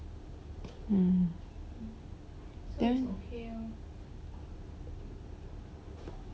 hmm then